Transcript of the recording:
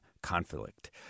conflict